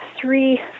three